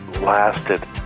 lasted